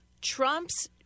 Trump's